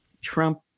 Trump